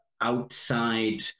outside